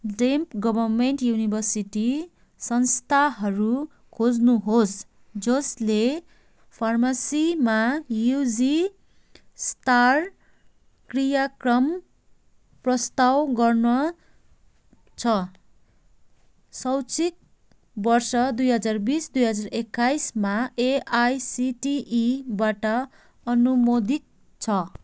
deemed government university संस्थाहरू खोज्नुहोस् जसले फार्मेसीमा युजी स्तरका कार्यक्रम प्रस्ताव गर्दछ र शैक्षिक वर्ष दुई हजार बिस दुई हजार एक्काइसमा एआइसिटिईबाट अनुमोदित छ